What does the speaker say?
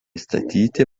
statyti